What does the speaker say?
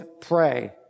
pray